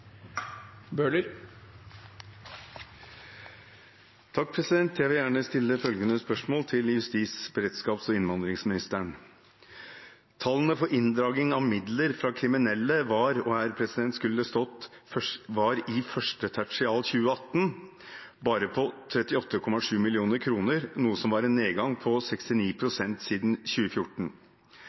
og innvandringsministeren: «Tallene for inndragning av midler fra kriminelle var i første tertial 2018 bare på 38,7 mill. kroner, noe som var en nedgang på 69 pst. siden 2014.